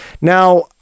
Now